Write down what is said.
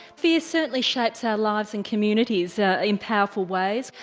fear certainly shapes our lives and communities in powerful ways.